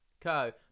Co